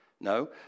No